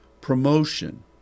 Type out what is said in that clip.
promotion